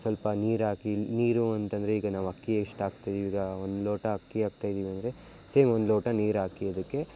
ಸ್ವಲ್ಪ ನೀರು ಹಾಕಿ ನೀರು ಅಂತಂದರೆ ಈಗ ನಾವು ಅಕ್ಕಿ ಎಷ್ಟು ಹಾಕ್ತಿದೀವಿ ಈಗ ಒಂದು ಲೋಟ ಅಕ್ಕಿ ಹಾಕ್ತಾಯಿದೀವಿ ಅಂದರೆ ಸೇಮ್ ಒಂದು ಲೋಟ ನೀರು ಹಾಕಿ ಅದಕ್ಕೆ